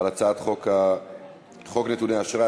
על הצעת חוק נתוני אשראי,